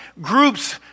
groups